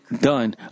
done